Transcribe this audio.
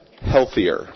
healthier